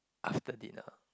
after dinner